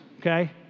okay